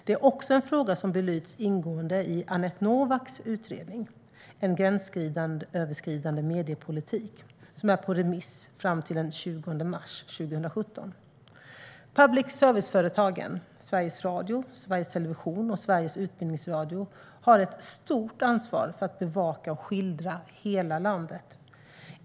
Det är också en fråga som belysts ingående i Anette Novaks utredning En gränsöverskridande mediepolitik som är ute på remiss till den 20 mars 2017. Public service-företagen, Sveriges Radio , Sveriges Television och Sveriges Utbildningsradio , har ett stort ansvar för att bevaka och skildra hela landet.